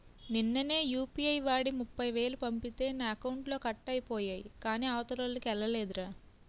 నిన్ననే యూ.పి.ఐ వాడి ముప్ఫైవేలు పంపితే నా అకౌంట్లో కట్ అయిపోయాయి కాని అవతలోల్లకి ఎల్లలేదురా